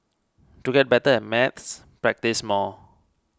to get better at maths practise more